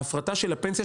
ההפרטה של הפנסיה,